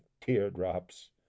teardrops